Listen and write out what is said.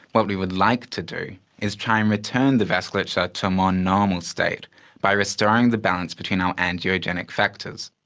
what we would like to do is try and return the vasculature to a more normal state by restoring the balance between our angiogenic factors.